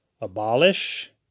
abolish